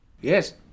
Yes